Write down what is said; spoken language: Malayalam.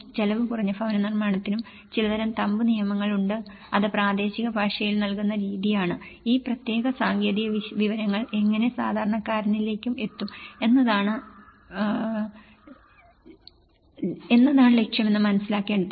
ചെലവ് കുറഞ്ഞ ഭവനനിർമ്മാണത്തിനും ചിലതരം തമ്പ് നിയമങ്ങൾ ഉണ്ട് അത് പ്രാദേശിക ഭാഷയിൽ നൽകുന്ന രീതിയിലാണ് ഈ പ്രത്യേക സാങ്കേതിക വിവരങ്ങൾ എങ്ങനെ സാധാരണക്കാരനിലേക്കും എത്തും എന്നതാണ് ക്ഷ്യമാണെന്ന് മനസ്സിലാക്കേണ്ടതുണ്ട്